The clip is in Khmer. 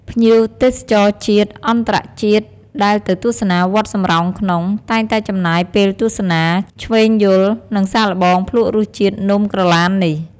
ភ្ញៀវទេសចរជាតិ អន្តរជាតិ ដែលទៅទស្សនាវត្តសំរោងក្នុង តែងតែចំណាយពេលទស្សនា ឈ្វេងយល់ និងសាកល្បងភ្លក្សរសជាតិនំក្រឡាននេះ។